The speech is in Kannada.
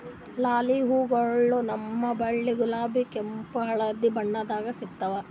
ಲಿಲ್ಲಿ ಹೂವಗೊಳ್ ನಮ್ಗ್ ಬಿಳಿ, ಗುಲಾಬಿ, ಕೆಂಪ್, ಹಳದಿ ಬಣ್ಣದಾಗ್ ಸಿಗ್ತಾವ್